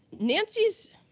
Nancy's